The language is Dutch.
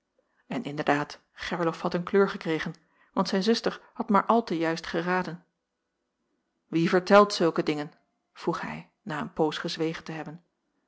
en inderdaad gerlof had een kleur gekregen want zijn zuster had maar al te juist geraden wie vertelt zulke dingen vroeg hij na een poos gezwegen te hebben